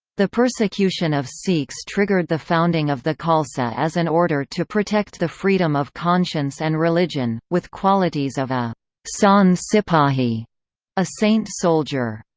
the persecution of sikhs triggered the founding of the khalsa as an order to protect the freedom of conscience and religion, with qualities of a sant-sipahi a saint-soldier.